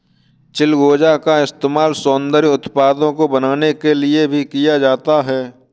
चिलगोजा का इस्तेमाल सौन्दर्य उत्पादों को बनाने के लिए भी किया जाता है